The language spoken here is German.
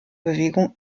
bewegung